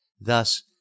thus